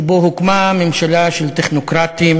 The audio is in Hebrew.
שבו הוקמה ממשלה של טכנוקרטים,